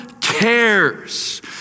cares